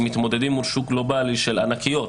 הם מתמודדים מול שוק גלובלי של ענקיות,